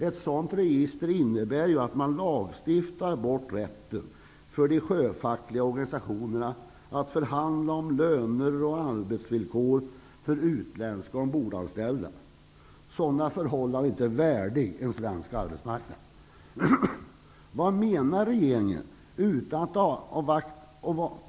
Ett sådant register innebär ju att man lagstiftar bort rätten för de sjöfackliga organisationerna att förhandla om löner och arbetsvillkor för utländska ombordanställda. Sådana förhållanden är inte värdiga en svensk arbetsmarknad.